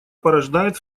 порождает